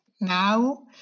now